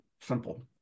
simple